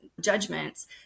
judgments